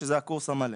שזה הקורס המלא.